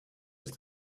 ist